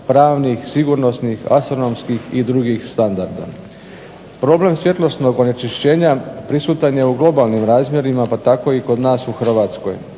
pravnih, sigurnosnih, astronomskih i drugih standarda. Problem svjetlosnog onečišćenja prisutan je u globalnim razmjerima, pa tako i kod nas u Hrvatskoj.